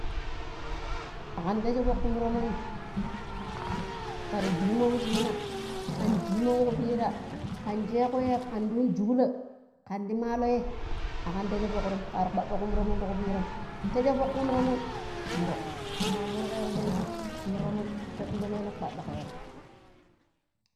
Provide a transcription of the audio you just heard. ﻿Akkan ɗeji fuk kum tomonim kar dimo washina kan dim wa ku pira kan shee go yey kan di yun jugula kan di malli ye akan teshoo fukrom kar kwaɗo kum tomon ti kupira teshee fuk kum tomon muro.kama murgego ɓaji kum tomon fuɗo ɓalala ƙwaɗigero